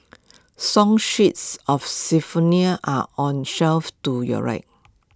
song sheets of are on shelf to your right